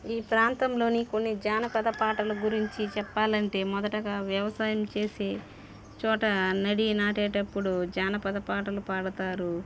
ఈ ప్రాంతంలోని కొన్ని జానపద పాటల గురించి చెప్పాలంటే మొదటగా వ్యవసాయం చేసే చోట నడి నాటేటప్పుడు జానపద పాటలు పాడుతారు